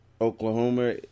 Oklahoma